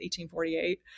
1848